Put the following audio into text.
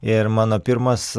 ir mano pirmas